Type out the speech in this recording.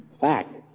Fact